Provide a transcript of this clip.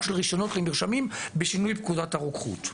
של רשיונות למרשמים בשינוי פקודת הרוקחות.